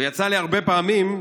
ויצא לי הרבה פעמים,